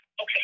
Okay